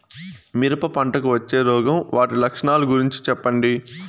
మిరప పంటకు వచ్చే రోగం వాటి లక్షణాలు గురించి చెప్పండి?